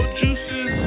juices